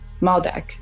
Maldek